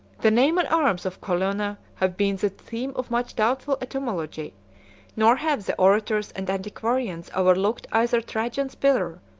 the name and arms of colonna have been the theme of much doubtful etymology nor have the orators and antiquarians overlooked either trajan's pillar,